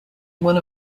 one